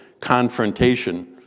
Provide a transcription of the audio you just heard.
confrontation